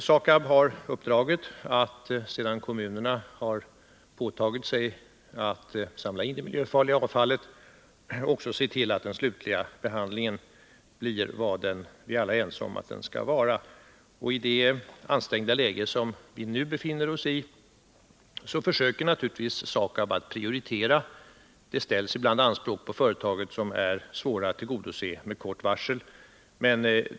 SAKAB har uppdraget att sedan kommunerna tagit på sig att samla in det miljöfarliga avfallet också se till att den slutliga behandlingen blir vad alla är överens om att den skall vara. I det ansträngda läge som vi nu befinner oss i försöker naturligtvis SAKAB prioritera. Det ställs ibland anspråk på företaget som är svåra att tillgodose med kort varsel.